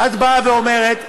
את באה ואומרת,